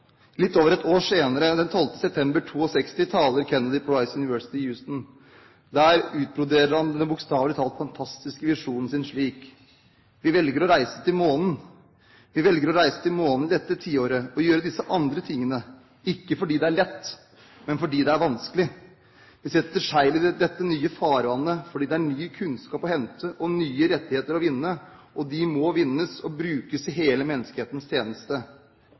Litt over et år senere, den 12. september 1962, taler Kennedy på Rice University i Houston. Der utbroderer han den bokstavelig talt fantastiske visjonen sin slik: «Vi velger å reise til månen – vi velger å reise til månen i dette tiåret og gjøre disse andre tingene – ikke fordi det er lett, men fordi det er vanskelig! Vi setter seil i dette nye farvannet fordi det er ny kunnskap å hente og nye rettigheter å vinne, og de må vinnes og brukes i hele menneskehetens tjeneste.»